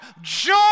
joy